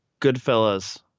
Goodfellas